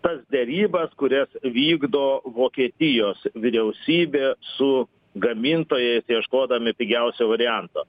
tas derybas kurias vykdo vokietijos vyriausybė su gamintojais ieškodami pigiausio varianto